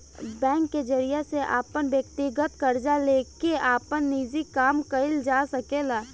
bank के जरिया से अपन व्यकतीगत कर्जा लेके आपन निजी काम कइल जा सकेला